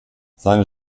seine